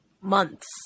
months